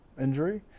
injury